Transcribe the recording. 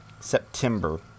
September